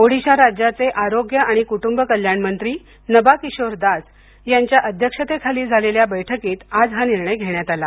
ओडीशा राज्याचे आरोग्य आणि कुटुंब कल्याण मंत्री नबा किशोर दास यांच्या अध्यक्षतेखाली आज झालेल्या बैठकीत हा निर्णय घेण्यात आला